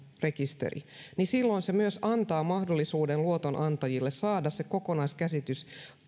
rekisteri se myös antaa luotonantajille mahdollisuuden saada kokonaiskäsitys